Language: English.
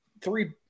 three